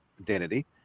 identity